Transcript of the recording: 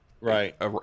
Right